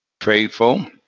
faithful